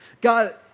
God